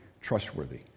trustworthy